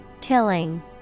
Tilling